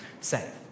safe